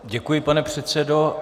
Děkuji, pane předsedo.